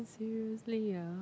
seriously ah